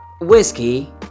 whiskey